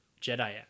Jedi